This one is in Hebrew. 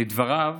לדבריו,